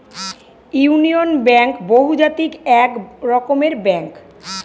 union Bank বহুজাতিক এক রকমের ব্যাঙ্ক